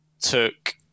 took